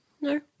No